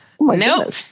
Nope